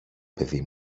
παιδί